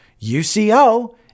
UCO